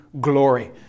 glory